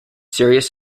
serious